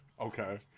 Okay